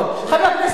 חבר הכנסת מולה,